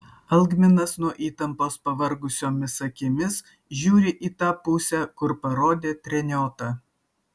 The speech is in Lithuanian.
algminas nuo įtampos pavargusiomis akimis žiūri į tą pusę kur parodė treniota